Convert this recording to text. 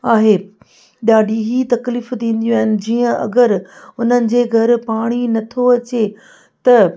आहे ॾाढी ई तकलीफ़ु थींदियूं आहिनि जीअं अगरि उन्हनि जे घरु पाणी नथो अचे त